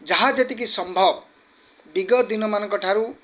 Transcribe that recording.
ଯାହା ଯେତିକି ସମ୍ଭବ ବିଗତ ଦିନମାନଙ୍କଠାରୁ